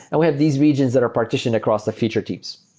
and we have these regions that are partitioned across the feature keeps.